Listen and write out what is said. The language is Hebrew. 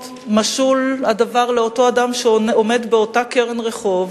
משול הדבר לאותו אדם שעומד באותה קרן רחוב,